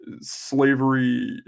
slavery